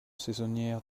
saisonnière